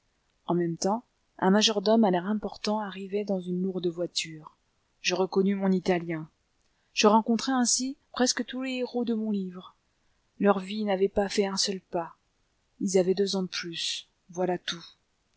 en même temps un majordome à l'air important arrivait dans une lourde voiture je reconnus mon italien je rencontrai ainsi presque tous les héros de mon livre leur vie n'avait pas fait un seul pas ils avaient deux ans de plus voilà tout